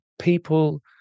people